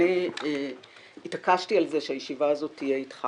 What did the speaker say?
אני התעקשתי על כך שהישיבה הזאת תהיה אתך